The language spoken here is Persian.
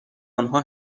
آنها